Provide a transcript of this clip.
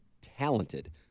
talented –